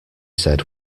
said